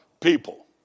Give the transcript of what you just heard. people